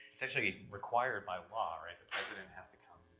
it's actually required by law, right? a president has to come,